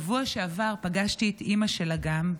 בשבוע שעבר פגשתי את אימא של אגם,